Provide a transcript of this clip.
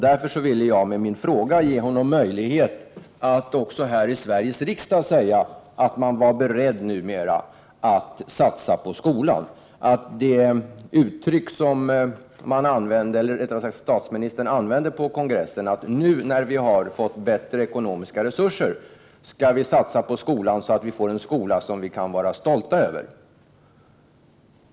Jag ville med min interpellation ge honom möjlighet att också här i Sveriges riksdag säga att man numera är beredd att satsa på skolan. Statsministern skulle här kunna ha uttryckt sig såsom han gjorde på kongressen, alltså säga att vi nu, när vi fått bättre ekonomiska resurser, skall satsa på skolan, så att vi får en skola som vi kan vara stolta över.